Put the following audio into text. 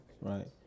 Right